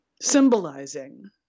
symbolizing